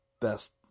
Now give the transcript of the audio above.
best